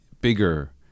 bigger